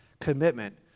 commitment